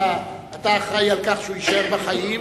אתה אחראי לכך שהוא יישאר בחיים,